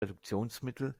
reduktionsmittel